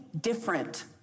different